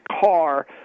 car